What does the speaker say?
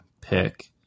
pick